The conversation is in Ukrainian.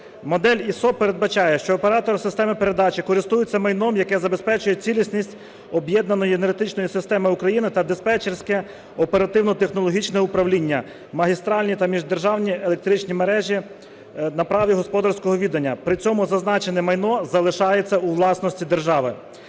Модель ISO передбачає, що оператор системи передачі користується майном, яке забезпечує цілісність об'єднаної енергетичної системи України та диспетчерське оперативно-технологічне управління, магістральні та міждержавні електричні мережі на праві господарського відання. При цьому зазначене майно залишається у власності держави.